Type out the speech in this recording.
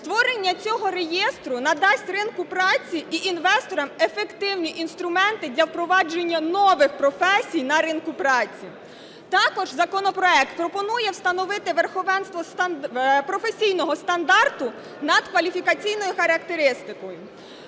Створення цього реєстру надасть ринку праці і інвесторам ефективні інструменти для впровадження нових професій на ринку праці. Також законопроект пропонує встановити верховенство професійного стандарту над кваліфікаційною характеристикою.